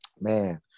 man